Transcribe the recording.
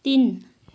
तिन